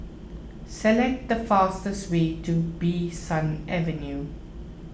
select the fastest way to Bee San Avenue